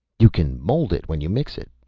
you can mold it when you mix it,